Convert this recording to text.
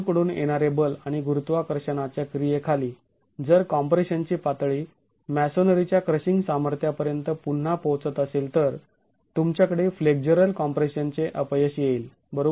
बाजू कडून येणारे बल आणि गुरुत्वाकर्षणाच्या क्रिये खाली जर कॉम्प्रेशनची पातळी मॅसोनरीच्या क्रशिंग सामर्थ्यापर्यंत पुन्हा पोहोचत असेल तर तुमच्याकडे फ्लेक्झरल कॉम्प्रेशन चे अपयश येईल बरोबर